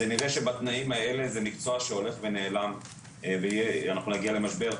זה נראה שבתנאים האלה זה מקצוע שהולך ונעלם ואנחנו נגיע למשבר.